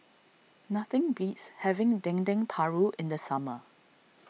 nothing beats having Dendeng Paru in the summer